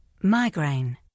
migraine